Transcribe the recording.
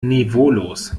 niveaulos